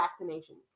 vaccination